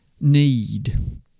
need